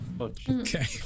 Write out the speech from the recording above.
Okay